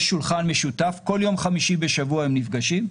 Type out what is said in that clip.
יש שולחן משותף כל יום חמישי בשבוע הם נפגשים.